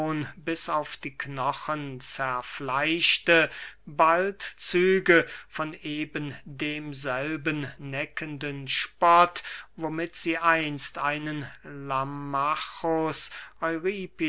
bis auf die knochen zerfleischte bald züge von eben demselben neckenden spott womit sie einst einen lamachus